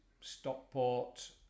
Stockport